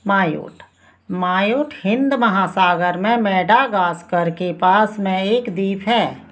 Mayotte Mayotte Hind महासागर में Madagascar के पास में एक द्वीप है